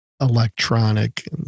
electronic